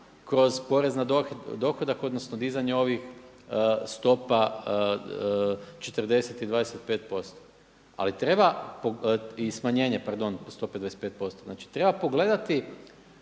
kroz porez na dohodak, odnosno dizanje ovih stopa 40 i 25%. Ali treba i smanjenje stope, pardon 25%. Znači treba pogledati